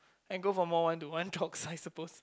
and go for more one to one talks I suppose